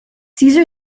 caesar